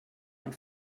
man